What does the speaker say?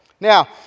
Now